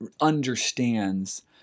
understands